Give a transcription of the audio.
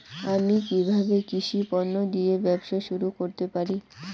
আমি কিভাবে কৃষি পণ্য দিয়ে ব্যবসা শুরু করতে পারি?